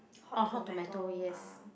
orh Hot-Tomato yes